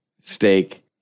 steak